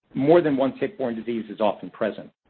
more than one tick-born disease is often present.